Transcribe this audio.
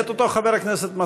מאת אותו חבר הכנסת,